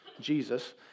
Jesus